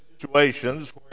situations